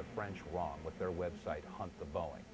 the french wrong with their website hunt the boeing